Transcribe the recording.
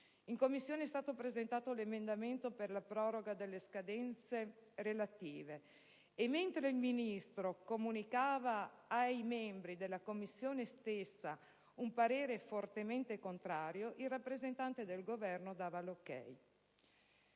In Commissione è stato presentato l'emendamento per la proroga delle scadenze relative e, mentre il Ministro comunicava ai membri della Commissione stessa un parere fortemente contrario, il rappresentante del Governo dava l'ok.